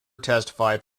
testified